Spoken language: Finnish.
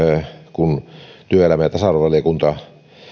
kun työelämä ja tasa arvovaliokunta